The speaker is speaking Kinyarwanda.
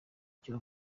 icyo